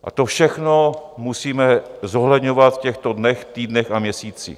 A to všechno musíme zohledňovat v těchto dnech, týdnech a měsících.